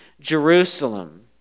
Jerusalem